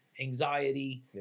anxiety